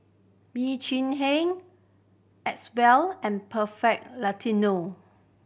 Bee Cheng Hiang Acwell and Perfect Latino